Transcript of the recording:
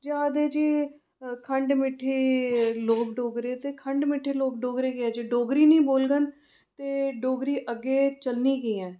जे आखदे जी खंड मीठे लोक डोगरे ते खंड मीठे लोक डोगरे गै जे डोगरी गै निं बोलङन ते डोगरी अग्गें चलनी कि'यां ऐ